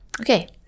Okay